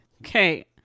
Okay